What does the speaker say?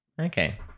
okay